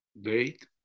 date